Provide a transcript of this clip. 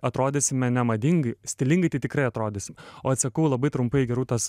atrodysime nemadingai stilingai tai tikrai atrodysim o atsakau labai trumpai gerūtos